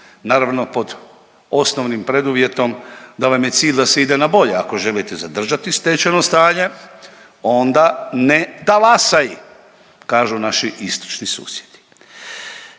Naravno pod osnovnim preduvjetom da vam je cilj da se ide na bolje, ako želite zadržati stečeno stanje onda ne talasaj kažu naši istočni susjedi.